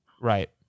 Right